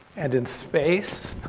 and in space